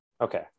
Okay